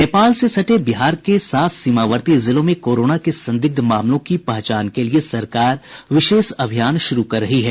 नेपाल से सटे बिहार के सात सीमावर्ती जिलों में कोरोना के संदिग्ध मामलों की पहचान के लिए सरकार विशेष अभियान शुरू कर रही है